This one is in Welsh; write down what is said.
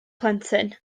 plentyn